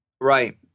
Right